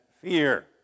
fear